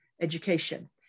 education